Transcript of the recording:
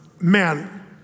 man